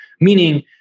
meaning